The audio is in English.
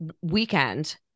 weekend